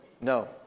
No